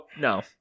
no